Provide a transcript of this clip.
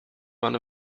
one